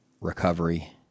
recovery